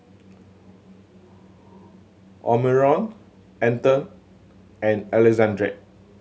Omarion Aedan and Alexandria